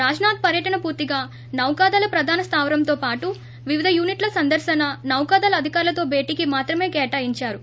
రాజ్నాథ్ పర్యటన పూర్తిగా నౌకాదళ ప్రధాన స్లావరంతో పాటు వివిధ యూనిట్ల సందర్పన నౌకాదళ అధికారులతో భేటీకి మాత్రమే కేటాయించారు